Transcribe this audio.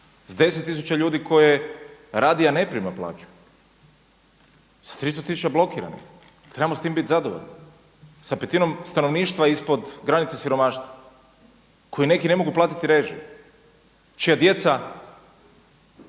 s 10 tisuća ljudi koje radi, a ne prima plaću, sa 300 tisuća blokiranih, trebamo biti s tim zadovoljni? Sa petinom stanovništva ispod granice siromaštva koji neki ne mogu platiti režije, čija djeca